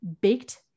baked